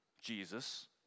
Jesus